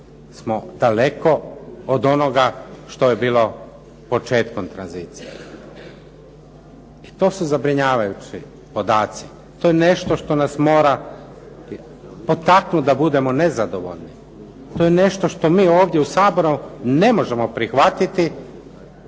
smo daleko od onoga što je bilo početkom tranzicije. I to su zabrinjavajući podaci. To je nešto što nas mora potaknuti da budemo nezadovoljni. To je nešto što mi ovdje u Saboru ne možemo prihvatiti